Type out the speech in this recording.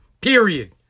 period